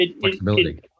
flexibility